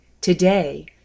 Today